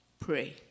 Pray